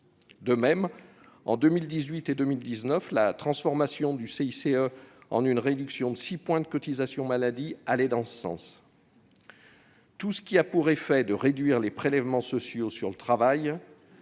actifs. En 2018 et 2019, la transformation du CICE en une réduction de six points de cotisations maladie suivait la même logique. Tout ce qui a pour effet de réduire les prélèvements sociaux sur le travail